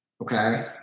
okay